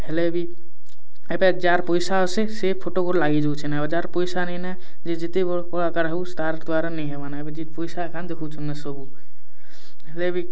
ହେଲେ ବି ଏବେ ଯାର ପଇସା ଆସେ ସେ ଫୁଟକୁ ଲାଗି ଯାଉଛେନ ଆଉ ଯାର ପଇସା ନାଇଁ ନା ଯେ ଯେତେ ବଡ଼ କଳାକାର ହଉ ତା'ର ଦ୍ୱାରା ନାଇଁ ହେବା ନା ଏବେ ଯେ ପଇସା କାମ ଦେଖଉଛନ ନା ସବୁ ହେଲେ ବି